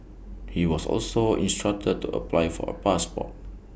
he was also instructed to apply for A passport